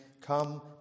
come